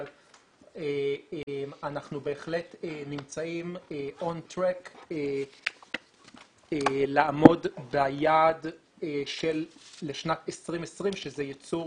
אבל אנחנו בהחלט נמצאים און טרק לעמוד ביעד לשנת 2020 שזה ייצור